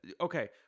Okay